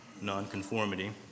nonconformity